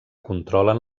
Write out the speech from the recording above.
controlen